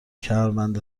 کمربند